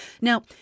Now